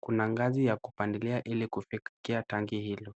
Kuna ngazi ya kupandilia ili kufikia tanki hilo.